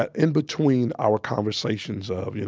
ah in between our conversations of, yeah